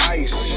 ice